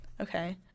Okay